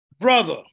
Brother